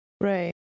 Right